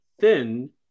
thin –